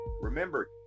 remember